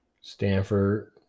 Stanford